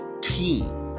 team